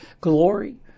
glory